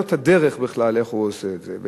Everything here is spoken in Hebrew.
אין לו את הדרך בכלל איך הוא עושה את זה.